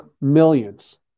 millions